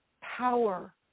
power